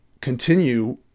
continue